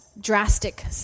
drastic